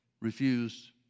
refused